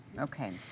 Okay